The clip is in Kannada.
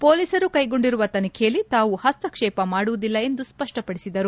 ಪೊಲೀಸರು ಕೈಗೊಂಡಿರುವ ತನಿಖೆಯಲ್ಲಿ ತಾವು ಹಸ್ತಕ್ಷೇಪ ಮಾಡುವುದಿಲ್ಲ ಎಂದು ಸಪ್ಪಪಡಿಸಿದರು